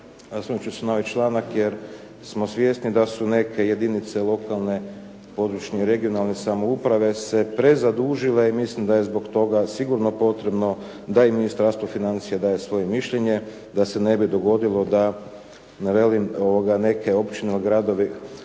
osvrnut ću se na ovaj članak jer smo svjesni da su neke jedinice lokalne, područne i regionalne samouprave se prezadužile i mislim da je zbog toga sigurno potrebno da i Ministarstvo financija daje svoje mišljenje da se ne bi dogodilo da ne velim neke općine ili gradovi,